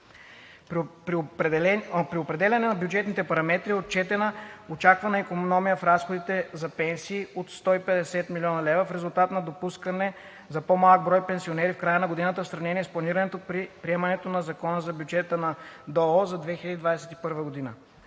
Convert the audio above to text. При определяне на бюджетните параметри е отчетена очаквана икономия в разходите за пенсии от 150 000,0 хил. лв. в резултат от допускане за по-малък брой пенсионери в края на годината в сравнение с планираното при приемането на Закона за бюджета на ДОО за 2021 г.